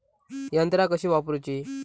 यंत्रा कशी वापरूची?